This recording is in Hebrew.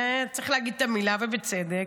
זה, צריך להגיד את המילה, ובצדק,